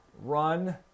Run